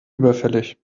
überfällig